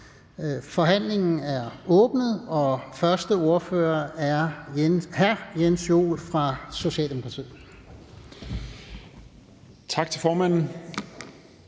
Forhandlingen er åbnet. Den første ordfører er fru Sara Emil Baaring fra Socialdemokratiet.